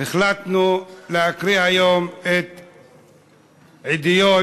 החלטנו להקריא היום מעדויות